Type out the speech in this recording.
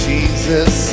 Jesus